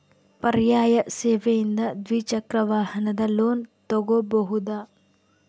ಪರ್ಯಾಯ ಸೇವೆಯಿಂದ ದ್ವಿಚಕ್ರ ವಾಹನದ ಲೋನ್ ತಗೋಬಹುದಾ?